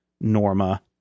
Norma